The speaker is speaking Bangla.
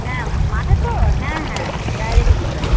হ্যাঁ মাঠে তো হ্যাঁ হ্যাঁ ডাইরেক্ট এসে যাবে